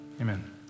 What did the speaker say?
Amen